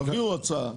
תביאו הצעה.